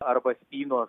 arba spyno